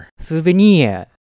Souvenir